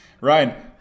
Ryan